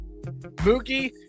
mookie